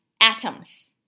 atoms